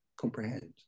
comprehend